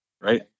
right